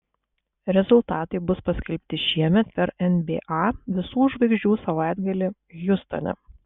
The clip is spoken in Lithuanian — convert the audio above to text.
rezultatai bus paskelbti šiemet per nba visų žvaigždžių savaitgalį hjustone